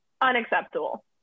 unacceptable